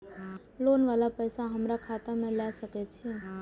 Loan वाला पैसा हमरा खाता से लाय सके छीये?